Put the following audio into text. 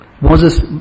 Moses